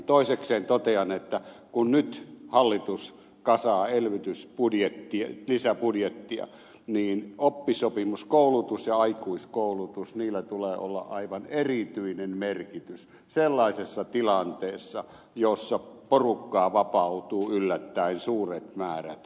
toisekseen totean että kun nyt hallitus kasaa lisäbudjettia niin oppisopimuskoulutuksella ja aikuiskoulutuksella tulee olla aivan erityinen merkitys sellaisessa tilanteessa jossa porukkaa vapautuu yllättäen suuret määrät vapaille markkinoille